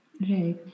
Right